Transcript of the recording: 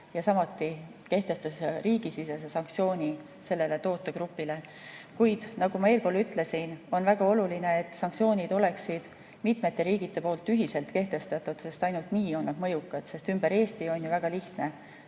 ja kehtestas riigisisese sanktsiooni sellele tootegrupile. Kuid nagu ma eespool ütlesin, on väga oluline, et sanktsioonid oleksid mitmete riikide poolt ühiselt kehtestatud, sest ainult nii on nad mõjukad. Ümber Eesti on ju väga lihtne